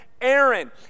Aaron